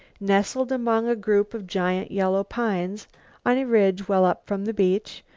nestling among a group of giant yellow pines on a ridge well up from the beach,